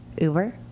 Uber